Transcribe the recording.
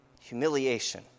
Humiliation